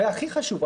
והכי חשוב,